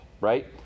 right